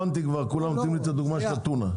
כולם נותנים לי את הדוגמה של טונה.